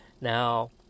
Now